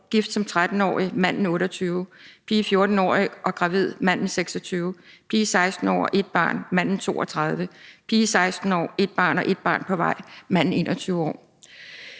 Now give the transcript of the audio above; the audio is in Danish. gift som 13-årig, manden 28 år. Pige, 14 år og gravid, manden 26 år. Pige, 16 år, et barn, manden 32 år. Pige, 16 år, et barn og et barn på vej, manden 21 år.